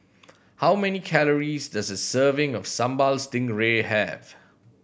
how many calories does a serving of Sambal Stingray have